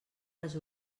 les